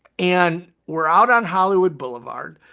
and we're out on hollywood boulevard.